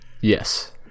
Yes